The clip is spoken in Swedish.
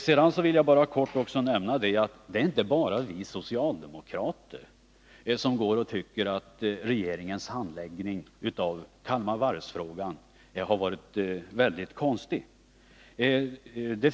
Låt mig också kort nämna att det inte bara är vi socialdemokrater som tycker att regeringens handläggning av Kalmar Varvs-frågan har varit konstig.